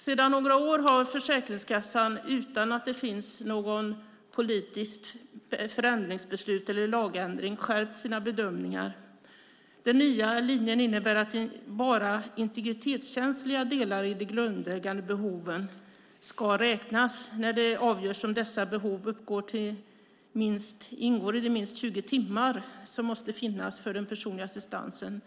Sedan några år har Försäkringskassan utan att det finns något politiskt förändringsbeslut eller lagändring skärpt sina bedömningar. Den nya linjen innebär att bara integritetskänsliga delar i de grundläggande behoven ska räknas när det avgörs om behoven uppgår till motsvarande minst 20 timmar av personlig assistans per vecka.